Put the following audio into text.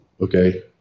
okay